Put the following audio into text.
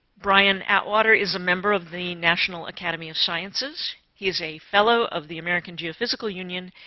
brian atwater is a member of the national academy of sciences. he is a fellow of the american geophysical union.